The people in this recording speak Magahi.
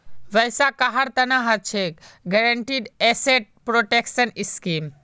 वैसा कहार तना हछेक गारंटीड एसेट प्रोटेक्शन स्कीम